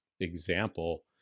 example